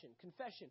confession